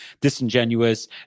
disingenuous